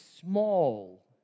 small